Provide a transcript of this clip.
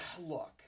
Look